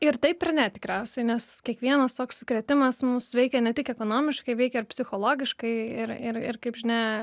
ir taip ir ne tikriausiai nes kiekvienas toks sukrėtimas mus veikia ne tik ekonomiškai veikia ir psichologiškai ir ir ir kaip žinia